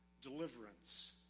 deliverance